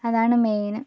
അതാണ് മെയിൻ